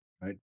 right